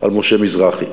על משה מזרחי.